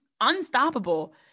unstoppable